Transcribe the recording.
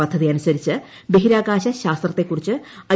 പദ്ധതിയനുസരിച്ച് ബഹിരാകാശ ശാസ്ത്രത്തെക്കുറിച്ച് ഐ